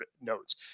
notes